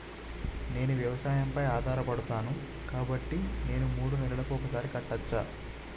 నేను వ్యవసాయం పై ఆధారపడతాను కాబట్టి నేను మూడు నెలలకు ఒక్కసారి కట్టచ్చా?